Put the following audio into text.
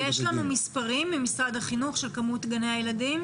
יש לנו מספרים של כמות גני הילדים